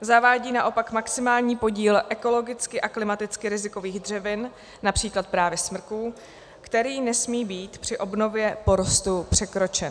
Zavádí naopak maximální podíl ekologicky a klimaticky rizikových dřevin, například právě smrků, který nesmí být při obnově porostu překročen.